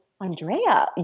Andrea